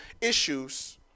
issues